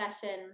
session